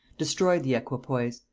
destroyed the equipoise,